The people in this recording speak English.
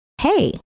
hey